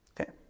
okay